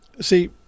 See